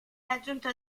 raggiunto